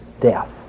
death